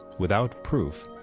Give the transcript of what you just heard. without proof,